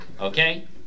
Okay